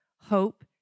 hope